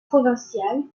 provinciale